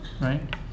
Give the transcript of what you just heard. right